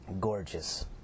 Gorgeous